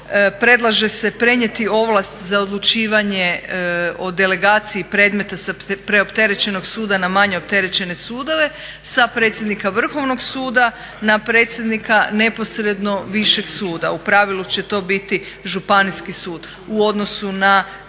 Predlaže se prenijeti ovlast za odlučivanje o delegaciji predmeta sa preopterećenog suda na manje opterećene sudova, sa predsjednika Vrhovnog suda na predsjednika neposredno višeg suda. U pravilu će to biti županijski sud u odnosu na sudove sa